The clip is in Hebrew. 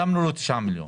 שמנו לו 9 מיליון.